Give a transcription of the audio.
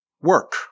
work